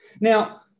Now